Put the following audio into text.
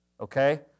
okay